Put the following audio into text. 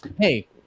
Hey